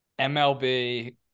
MLB